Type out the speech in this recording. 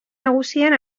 nagusien